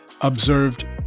observed